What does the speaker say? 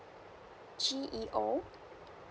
G E O